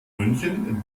münchen